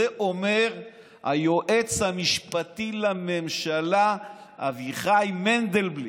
את זה אומר היועץ המשפטי לממשלה אביחי מנדלבליט.